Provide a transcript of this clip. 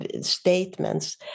statements